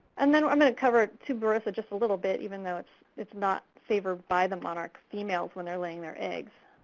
and then i'm going to cover tuberosa just a little bit, even though it's it's not favored by the monarch females when they're laying their eggs.